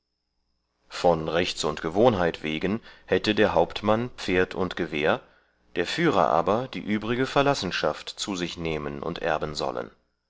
von rechts und gewohnheit wegen hätte der hauptmann pferd und gewehr der führer aber die übrige verlassenschaft zu sich nehmen und erben sollen